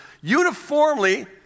uniformly